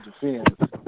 defend